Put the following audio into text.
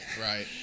Right